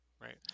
Right